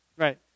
Right